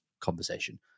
conversation